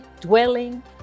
dwelling